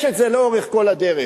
זה לאורך כל הדרך.